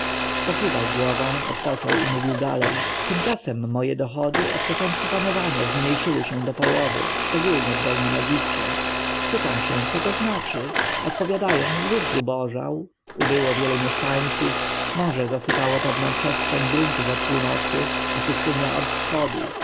pokiwał głową odpoczął i mówił dalej tymczasem moje dochody od początku panowania zmniejszyły się do połowy szczególnie w dolnym egipcie pytam się co to znaczy odpowiadają lud zubożał ubyło wielu mieszkańców morze zasypało pewną przestrzeń gruntów od północy a pustynia od wschodu